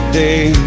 day